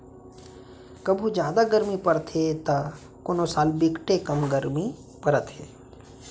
कभू जादा गरमी परथे त कोनो साल बिकटे कम गरमी परत हे